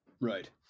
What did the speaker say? Right